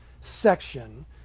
section